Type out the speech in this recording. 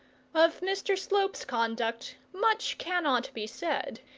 of mr slope's conduct much cannot be said,